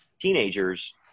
teenagers